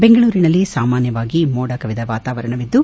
ಬೆಂಗಳೂರಿನಲ್ಲಿ ಸಾಮಾನ್ಸವಾಗಿ ಮೋಡದ ವಾತಾವರಣವಿದ್ದು